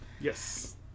Yes